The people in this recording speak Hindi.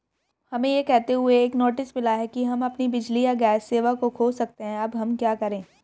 हमें यह कहते हुए एक नोटिस मिला कि हम अपनी बिजली या गैस सेवा खो सकते हैं अब हम क्या करें?